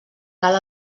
cal